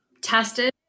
tested